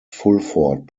fulford